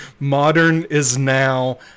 ModernIsNow